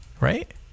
right